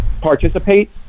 participate